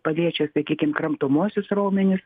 paliečia sakykim kramtomuosius raumenis